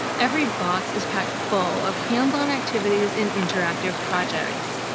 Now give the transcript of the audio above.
every box is packed full of hands-on activities and interactive projects.